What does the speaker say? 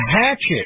hatchet